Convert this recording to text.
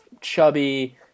chubby